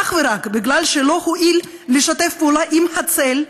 אך ורק בגלל שלא הואיל לשתף פעולה עם "הצל"